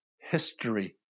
history